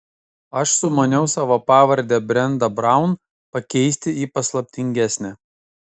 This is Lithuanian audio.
aš sumaniau savo pavardę brenda braun pakeisti į paslaptingesnę